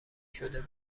شده